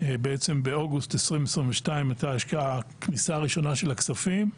באוגוסט 2022 הייתה הכניסה הראשונה של הכספים,